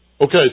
Okay